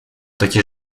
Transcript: takie